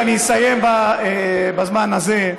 ואני אסיים בזמן הזה: